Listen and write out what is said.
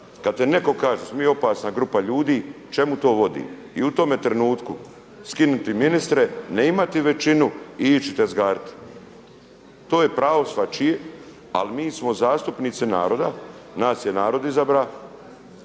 kad ti netko kaže da smo mi opasna grupa ljudi čemu to vodi. I u tome trenutku skinuti ministre, ne imati većinu i ići tezgariti. To je pravo svačije, ali mi smo zastupnici naroda, nas je narod izabrao